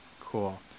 cool